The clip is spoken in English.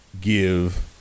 give